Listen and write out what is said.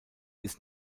ist